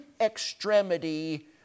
extremity